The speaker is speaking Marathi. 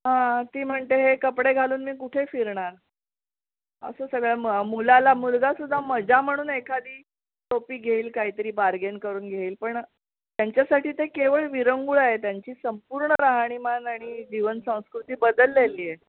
हां ती म्हणते हे कपडे घालून मी कुठे फिरणार असं सगळं मग मुलाला मुलगासुद्धा मजा म्हणून एखादी टोपी घेईल काहीतरी बार्गेन करून घेईल पण त्यांच्यासाठी ते केवळ विरंगुळा आहे त्यांची संपूर्ण राहणीमान आणि जीवनसंस्कृती बदललेली आहे